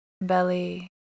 belly